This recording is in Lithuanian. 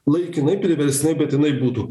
laikinai priverstinai bet jinai būtų